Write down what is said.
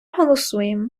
голосуємо